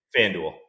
FanDuel